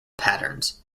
patterns